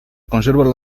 conservan